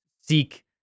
seek